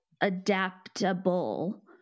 adaptable